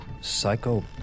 Psycho